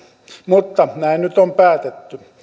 mutta näin nyt on päätetty